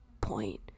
point